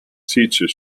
teacher